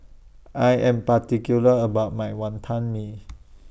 I Am particular about My Wonton Mee